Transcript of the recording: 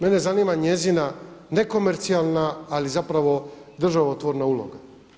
Mene zanima njezina nekomercijalna, ali zapravo državotvorna uloga.